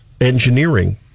engineering